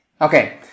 Okay